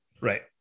right